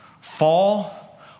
fall